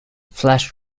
flash